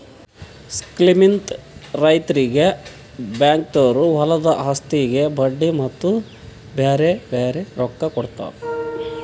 ಸ್ಕೀಮ್ಲಿಂತ್ ರೈತುರಿಗ್ ಬ್ಯಾಂಕ್ದೊರು ಹೊಲದು ಆಸ್ತಿಗ್ ಬಡ್ಡಿ ಮತ್ತ ಬ್ಯಾರೆ ಬ್ಯಾರೆ ರೊಕ್ಕಾ ಕೊಡ್ತಾರ್